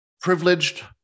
privileged